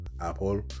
Apple